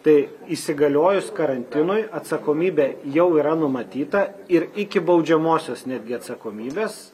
tai įsigaliojus karantinui atsakomybė jau yra numatyta ir iki baudžiamosios netgi atsakomybės